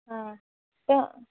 हाँ तो